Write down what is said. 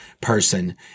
person